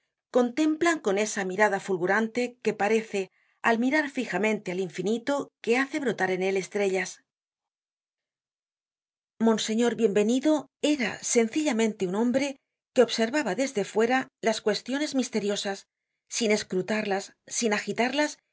contemplan con esa mirada fulgurante que parece al mirar fijamente al infinito que hace brotar en él estrellas monseñor bienvenido era sencillamente un hombre que observaba desde fuera las cuestiones misteriosas sin escrutarlas sin agitarlas